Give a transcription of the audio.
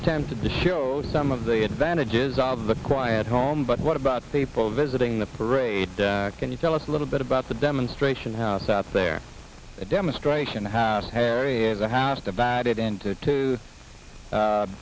attempted to show some of the advantages of the quiet home but what about people visiting the parade can you tell us a little bit about the demonstration house out there a demonstration house harry is a house divided into two